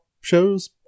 shows